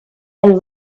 and